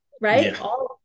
right